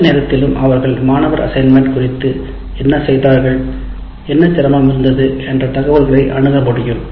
எந்த நேரத்திலும் அவர்கள் மாணவர் அசைன்மென்ட் குறித்து என்ன செய்தார்கள் என்ன சிரமம் இருந்தது என்ற தகவல்களை அணுக முடியும்